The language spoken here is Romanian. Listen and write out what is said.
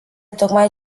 tocmai